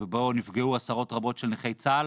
ובו נפגעו עשרות רבות של נכי צה"ל,